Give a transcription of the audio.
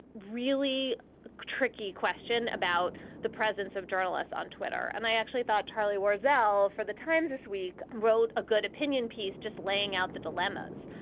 really tricky question about the presence of journalists on twitter. and i actually thought charlie was l for the times this week, wrote a good opinion piece, just laying out the dilemmas.